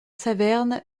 saverne